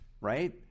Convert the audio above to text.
right